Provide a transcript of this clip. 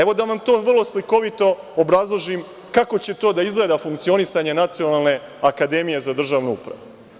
Evo, da vam to vrlo slikovito obrazložim, kako će to da izgleda funkcionisanje Nacionalne akademije za državnu upravu.